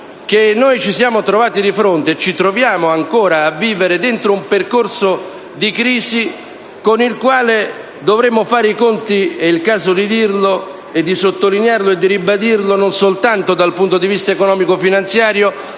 che noi ci siamo trovati di fronte e ci troviamo ancora a vivere dentro un percorso di crisi con il quale dovremo fare i conti (è il caso di dirlo, di sottolinearlo e di ribadirlo), non soltanto dal punto di vista economico-finanziario,